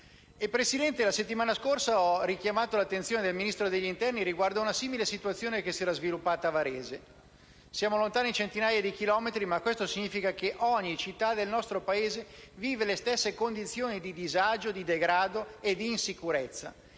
Presidente, la settimana scorsa ho richiamato l'attenzione del Ministro dell'interno riguardo a una simile situazione che si era sviluppata a Varese. Siamo lontani centinaia di chilometri, ma questo significa che ogni città del nostro Paese vive le stesse condizioni di disagio, di degrado e di insicurezza.